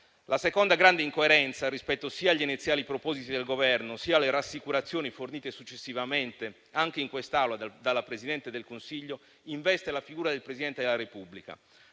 La seconda grande incoerenza, rispetto sia agli iniziali propositi del Governo, sia alle rassicurazioni fornite successivamente, anche in quest'Aula, dalla Presidente del Consiglio, investe la figura del Presidente della Repubblica.